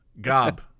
gob